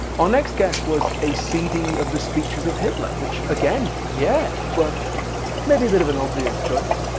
our next guess was a cd of the speeches of hitler which again, yeah! but maybe a bit of an obvious choice?